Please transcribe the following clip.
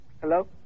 Hello